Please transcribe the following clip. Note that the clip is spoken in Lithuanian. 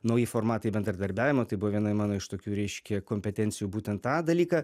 nauji formatai bendradarbiavimo tai buvo viena mano iš tokių reiškia kompetencijų būtent tą dalyką